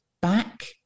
back